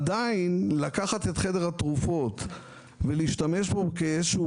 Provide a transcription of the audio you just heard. עדיין לקחת את חדר התרופות ולהשתמש בו כאיזה שהוא